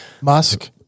Musk